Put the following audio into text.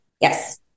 Yes